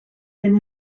been